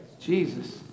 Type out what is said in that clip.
Jesus